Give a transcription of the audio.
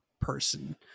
person